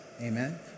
amen